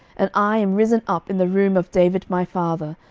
and i am risen up in the room of david my father,